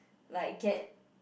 like get